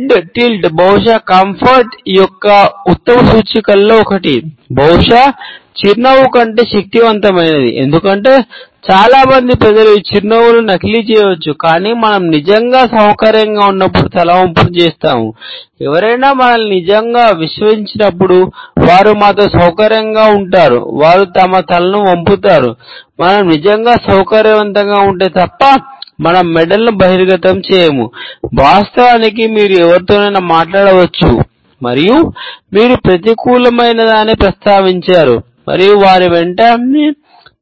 head tilt బహుశా comfort